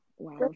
wow